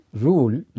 rule